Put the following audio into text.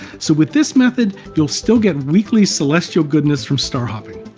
so with this method you'll still get weekly celestial goodness from star hopping.